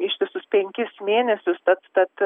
ištisus penkis mėnesius tad tad